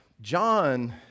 John